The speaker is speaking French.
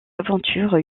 aventures